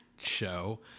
show